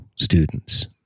Students